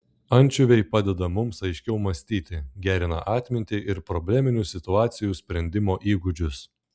ančiuviai padeda mums aiškiau mąstyti gerina atmintį ir probleminių situacijų sprendimo įgūdžius